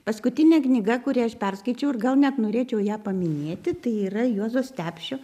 paskutinė knyga kurią aš perskaičiau ir gal net norėčiau ją paminėti tai yra juozo stepšio